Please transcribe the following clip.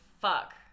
fuck